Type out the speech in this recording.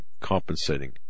compensating